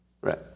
Right